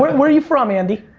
where are you from andy?